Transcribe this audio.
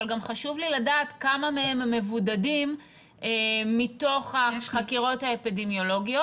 אבל גם חשוב לי לדעת כמה מהם מבודדים מתוך החקירות האפידמיולוגיות